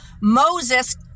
Moses